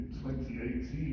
2018